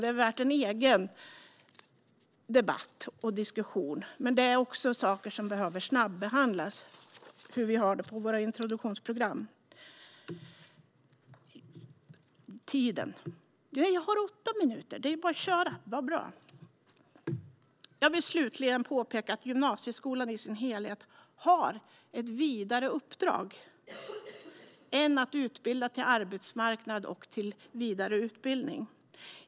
Den är värd en egen debatt och diskussion, men hur vi har det på våra introduktionsprogram är också en sak som behöver snabbehandlas. Jag vill slutligen påpeka att gymnasieskolan i sin helhet har ett vidare uppdrag än att utbilda för arbetsmarknaden eller för vidare utbildning.